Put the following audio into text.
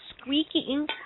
squeaking